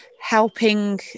helping